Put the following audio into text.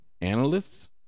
analysts